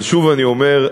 אבל שוב אני אומר,